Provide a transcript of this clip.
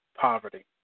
poverty